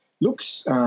looks